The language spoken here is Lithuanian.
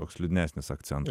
toks liūdnesnis akcentas